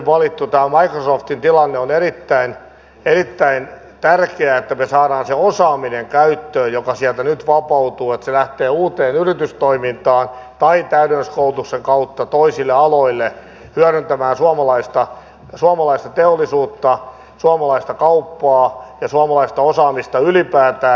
tässä microsoftin tilanteessa on erittäin tärkeää että me saamme sen osaamisen käyttöön joka sieltä nyt vapautuu että se lähtee uuteen yritystoimintaan tai täydennyskoulutuksen kautta toisille aloille hyödyttämään suomalaista teollisuutta suomalaista kauppaa ja suomalaista osaamista ylipäätään